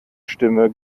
stimme